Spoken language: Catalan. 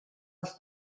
les